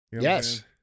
Yes